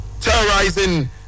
terrorizing